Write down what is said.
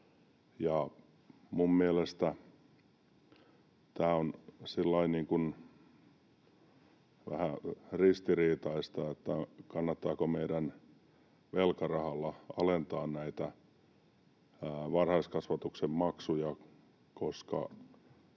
on sillä lailla vähän ristiriitaista, että kannattaako meidän velkarahalla alentaa näitä varhaiskasvatuksen maksuja,